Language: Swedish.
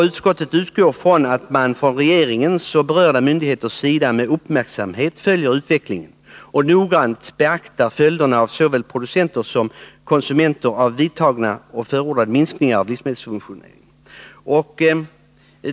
Utskottet utgår från att man från regeringens och berörda myndigheters sida med uppmärksamhet följer utvecklingen och noggrant beaktar följderna för såväl producenter som konsumenter av vidtagna och förordade minskningar av livsmedelssubventioneringen.